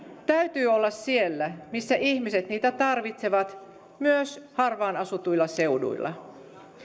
täytyy olla siellä missä ihmiset niitä tarvitsevat myös harvaan asutuilla seuduilla